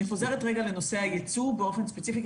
אני חוזרת רגע לנושא הייצוא באופן ספציפי,